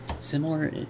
Similar